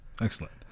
Excellent